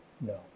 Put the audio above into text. No